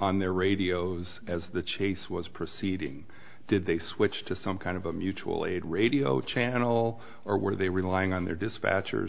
on their radios as the chase was proceeding did they switch to some kind of a mutual aid radio channel or were they relying on their dispatchers